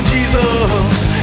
Jesus